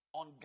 on